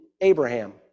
Abraham